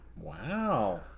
wow